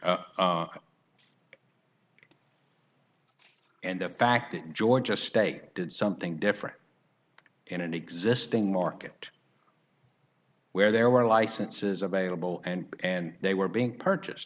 time and the fact that georgia state did something different in an existing market where there were licenses available and and they were being purchased